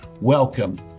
Welcome